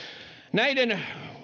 näiden